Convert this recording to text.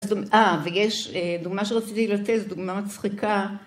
‫אה, ויש דוגמה שרציתי לתת, ‫זו דוגמה מצחיקה.